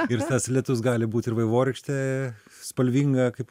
ir tas lietus gali būt ir vaivorykštė spalvinga kaip